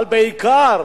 אבל בעיקר